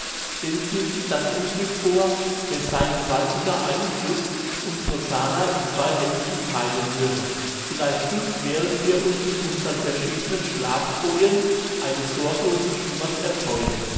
stellen sie sich das unglück vor wenn sein gewaltiger einfluß unsre sannah in zwei hälften teilen würde vielleicht just während wir uns in unsern verschiedenen schlafkojen eines sorglosen schlummers erfreuen